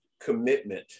Commitment